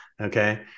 Okay